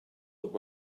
that